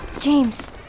James